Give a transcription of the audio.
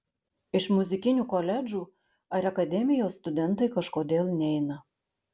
iš muzikinių koledžų ar akademijos studentai kažkodėl neina